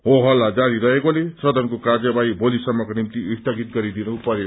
हो हल्ला जारी रहेकोले सदनको कार्यवाही भोलिसम्मको निम्ति स्थगित गरिदिनुभयो